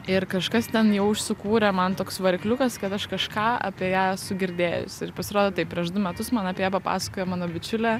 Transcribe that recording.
ir kažkas ten jau užsikūrė man toks varikliukas kad aš kažką apie ją esu girdėjusi ir pasirodo taip prieš du metus man apie ją papasakojo mano bičiulė